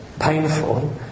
painful